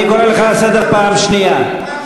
אני קורא אותך לסדר בפעם השנייה.